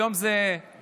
היום זה תע"ל-חד"ש,